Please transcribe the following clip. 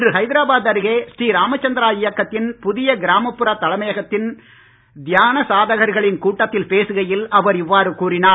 இன்று ஹைதரபாத் அருகே ஸ்ரீராமசந்திரா இயக்கத்தின் புதிய கிராமப்புற தலைமையகத்தில் தியான சாதகர்களின் கூட்டத்தில் பேசுகையில் அவர் இவ்வாறு கூறினார்